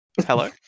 Hello